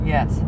Yes